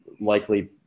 likely